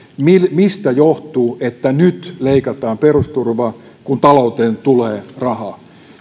mistä johtuu että nyt leikataan perusturvaa kun talouteen tulee rahaa